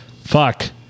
fuck